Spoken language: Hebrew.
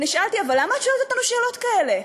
נשאלתי: אבל למה את שואלת אותנו שאלות כאלה?